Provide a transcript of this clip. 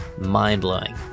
mind-blowing